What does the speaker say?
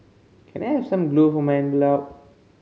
can I have some glue for my envelope